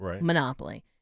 Monopoly